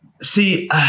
See